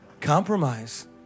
Compromise